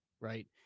right